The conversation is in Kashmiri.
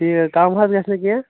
ٹھیٖک کَم حظ گژھِ نہٕ کیٚنٛہہ